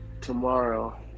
Tomorrow